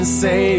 say